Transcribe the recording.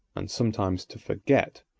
and sometimes to forget,